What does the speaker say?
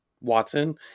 Watson